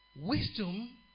Wisdom